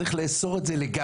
צריך לאסור את זה לגמרי.